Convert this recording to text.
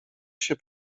się